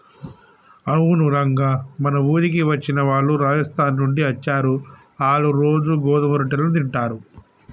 అవును రంగ మన ఊరికి వచ్చిన వాళ్ళు రాజస్థాన్ నుండి అచ్చారు, ఆళ్ళ్ళు రోజూ గోధుమ రొట్టెలను తింటారు